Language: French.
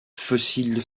fossiles